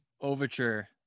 overture